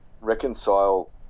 reconcile